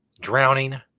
drowning